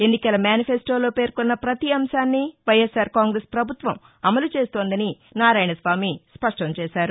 ఎన్నికల మ్యానిఫెస్టోలో పేర్కొన్న ప్రతి అంశాన్ని వైఎస్సార్ కాంగ్రెస్ ప్రభుత్వం అమలు చేస్తోందని నారాయణ స్వామి స్పష్టం చేశారు